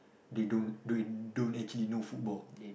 they don't do it don't actually know football